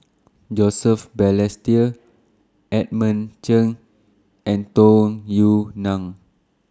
Joseph Balestier Edmund Chen and Tung Yue Nang